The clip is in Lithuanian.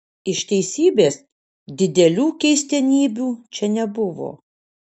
iš teisybės didelių keistenybių čia nebuvo